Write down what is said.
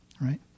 Right